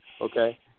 okay